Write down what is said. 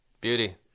Beauty